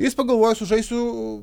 jis pagalvoja sužaisiu